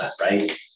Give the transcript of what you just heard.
right